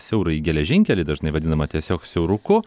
siaurąjį geležinkelį dažnai vadinamą tiesiog siauruku